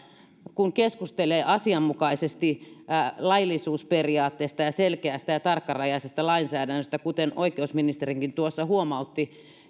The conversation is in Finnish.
kun keskustelee asianmukaisesti laillisuusperiaatteesta ja selkeästä ja tarkkarajaisesta lainsäädännöstä niin kuten oikeusministerikin tuossa huomautti